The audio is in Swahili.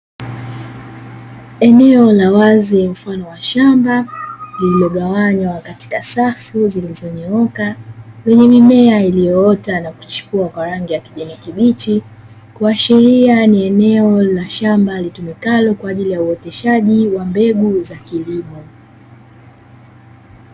Eneo la wazi mfano wa shamba liligawanywa katika safu zilizonyooka, lenye mimea iliyoota na kuchipua kwa rangi ya kijani kibichi, kuashiria ni eneo la shamba litumikalo kwa ajili ya uoteshaji wa mbegu za kilimo.